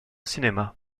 cinema